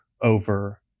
over